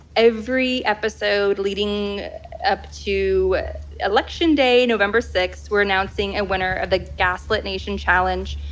every episode leading up to election day, november six, we're announcing a winner of the gaslit nation challenge.